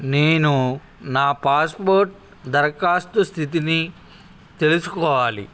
నేను నా పాస్పోర్ట్ దరఖాస్తు స్థితిని తెలుసుకోవాలి